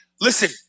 listen